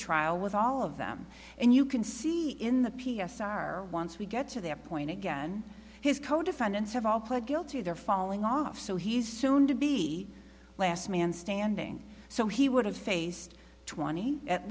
trial with all of them and you can see in the p s r once we get to that point again his co defendants have all pled guilty they're falling off so he's soon to be last man standing so he would have faced twenty at